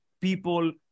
people